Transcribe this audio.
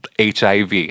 HIV